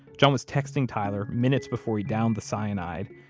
john was texting tyler minutes before he downed the cyanide,